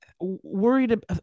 worried